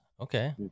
okay